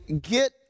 get